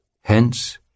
Hence